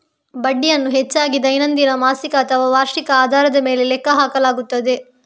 ಬಡ್ಡಿಯನ್ನು ಹೆಚ್ಚಾಗಿ ದೈನಂದಿನ, ಮಾಸಿಕ ಅಥವಾ ವಾರ್ಷಿಕ ಆಧಾರದ ಮೇಲೆ ಲೆಕ್ಕ ಹಾಕಲಾಗುತ್ತದೆ